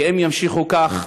כי אם ימשיכו כך,